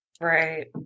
Right